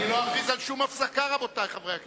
אני לא אכריז על שום הפסקה, רבותי חברי הכנסת.